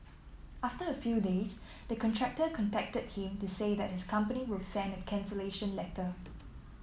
after a few days the contractor contacted him to say that his company will send a cancellation letter